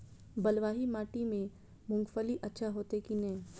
बलवाही माटी में मूंगफली अच्छा होते की ने?